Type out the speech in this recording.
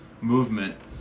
movement